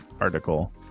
article